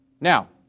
Now